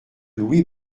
louis